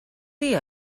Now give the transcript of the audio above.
dir